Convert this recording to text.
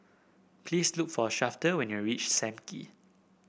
please look for Shafter when you reach Sam Kee